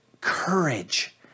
courage